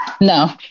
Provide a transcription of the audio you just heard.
No